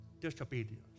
disobedience